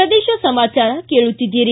ಪ್ರದೇಶ ಸಮಾಚಾರ ಕೇಳುತ್ತಿದ್ದೀರಿ